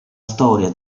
storia